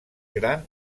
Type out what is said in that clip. gran